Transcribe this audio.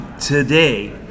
today